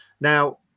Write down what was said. Now